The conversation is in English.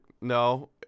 no